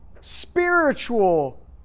spiritual